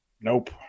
Nope